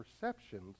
perceptions